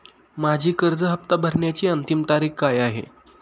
माझी कर्ज हफ्ता भरण्याची अंतिम तारीख काय आहे?